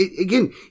again